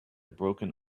broken